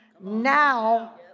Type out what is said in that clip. Now